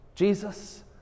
Jesus